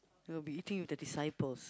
we will be eating with the disciples